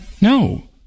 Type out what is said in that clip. No